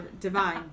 Divine